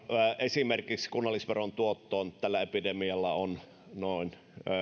esimerkiksi kunnallisveron tuottoon tällä epidemialla on noin